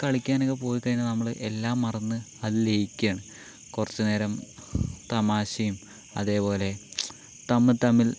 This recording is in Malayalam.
കളിക്കാനൊക്കെ പോയി കഴിഞ്ഞാൽ നമ്മള് എല്ലാം മറന്ന് അതിൽ ലയിക്കുകയാണ് കുറച്ച് നേരം തമാശയും അതേപോലെ തമ്മിൽ തമ്മിൽ